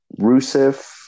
Rusev